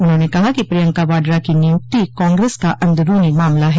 उन्होंने कहा कि प्रियंका वाड्रा की निय्क्ति कांग्रेस का अंदरूनी मामला है